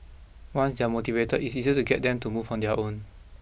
once they are motivated it's easier to get them to move on their own